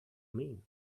mean